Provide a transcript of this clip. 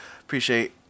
Appreciate